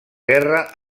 guerra